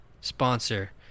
sponsor